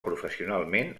professionalment